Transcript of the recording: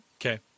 Okay